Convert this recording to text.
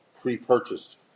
pre-purchased